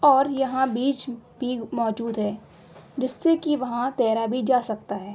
اور یہاں بیچ بھی موجود ہے جس سے کہ وہاں تیرا بھی جا سکتا ہے